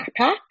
backpack